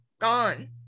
gone